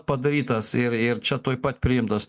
padarytas ir ir čia tuoj pat priimtas